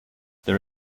there